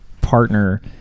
partner